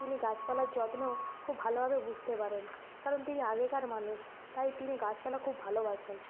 তিনি গাছপালার যত্ন খুব ভালোভাবে বুঝতে পারেন কারণ তিনি আগেকার মানুষ তাই তিনি গাছপালা খুব ভালোবাসেন